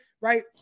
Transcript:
right